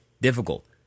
difficult